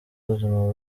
ubuzima